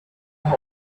your